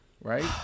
right